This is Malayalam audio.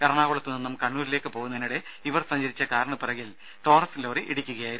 എറണാകുളത്തു നിന്നും കണ്ണൂരിലേക്ക് പോകുന്നതിനിടെ ഇവർ സഞ്ചരിച്ച കാറിന് പിറകിൽ ടോറസ് ലോറി ഇടിക്കുകയായിരുന്നു